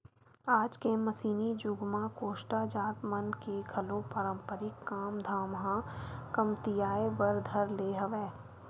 आज के मसीनी जुग म कोस्टा जात मन के घलो पारंपरिक काम धाम ह कमतियाये बर धर ले हवय